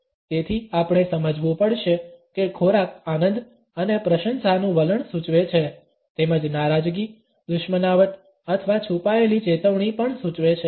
તેથી આપણે સમજવું પડશે કે ખોરાક આનંદ અને પ્રશંસાનું વલણ સૂચવે છે તેમજ નારાજગી દુશ્મનાવટ અથવા છુપાયેલી ચેતવણી પણ સૂચવે છે